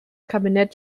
kabinett